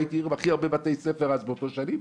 והייתי מקים הרבה בית ספר אז באותן שנים,